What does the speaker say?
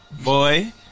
Boy